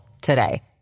today